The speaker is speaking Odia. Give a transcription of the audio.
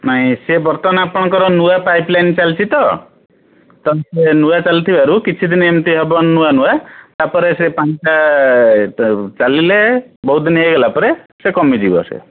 ନାହିଁ ସିଏ ବର୍ତ୍ତମାନ ଆପଣଙ୍କର ନୂଆ ପାଇପ୍ ଲାଇନ୍ ଚାଲିଛି ତ ତ ଇଏ ନୂଆ ଚାଲିଥିବାରୁ କିଛି ଦିନି ଏମିତି ହେବ ନୂଆ ନୂଆ ତାପରେ ସେ ପାଣିଟା ଚାଲିଲେ ବହୁତ ଦିନ ହେଇଗଲା ପରେ ସେ କମିଯିବ ସେ